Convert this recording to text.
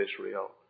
Israel